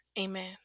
Amen